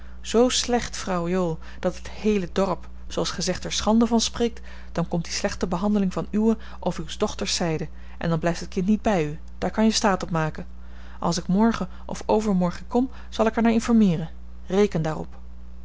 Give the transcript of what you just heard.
zoo slecht vrouw jool dat het heele dorp zooals gij zegt er schande van spreekt dan komt die slechte behandeling van uwe of uws dochters zijde en dan blijft het kind niet bij u daar kan je staat op maken als ik morgen of overmorgen kom zal ik er naar informeeren reken daarop